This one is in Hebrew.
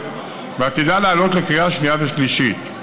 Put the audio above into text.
ועתידה לעלות לקריאה השנייה והשלישית.